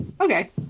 okay